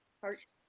hearts.